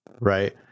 right